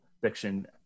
fiction